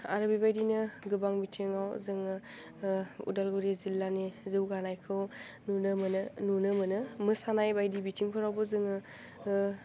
आरो बेबायदिनो गोबां बिथिङाव जोङो उदालगुरि जिल्लानि जौगानायखौ नुनो मोनो नुनो मोनो मोसानाय बायदि बिथिंफोरावबो जोङो